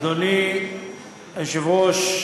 אדוני היושב-ראש,